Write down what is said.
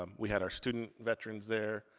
um we had our student veterans there,